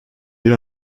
bir